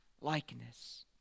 likeness